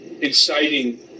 inciting